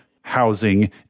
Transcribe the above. housing